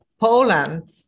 Poland